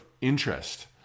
interest